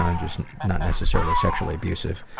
um just not necessarily sexually abusive.